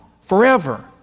Forever